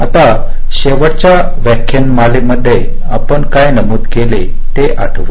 आता शेवटच्या व्याख्यानमालेत आपण काय नमूद केले ते आठवा